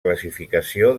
classificació